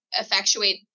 effectuate